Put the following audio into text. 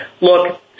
look